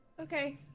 Okay